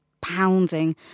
Pounding